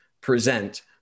present